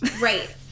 right